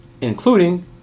including